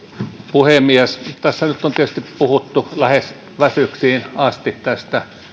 puhemies tässä nyt on tietysti puhuttu lähes väsyksiin asti tästä